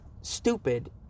stupid